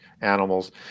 animals